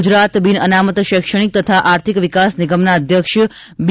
ગુજરાત બિન અનામત શૈક્ષણિક તથા આર્થિક વિકાસ નિગમના અધ્યક્ષ બી